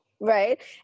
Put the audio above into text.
Right